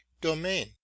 domain